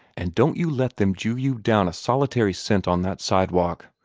and don't you let them jew you down a solitary cent on that sidewalk.